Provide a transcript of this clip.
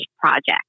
project